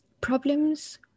problems